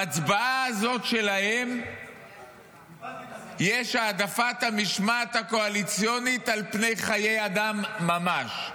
בהצבעה הזאת שלהם יש העדפת המשמעת הקואליציונית על פני חיי אדם ממש.